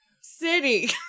City